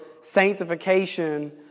sanctification